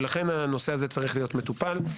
לכן הנושא הזה צריך להיות מטופל.